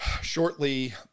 shortly